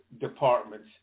departments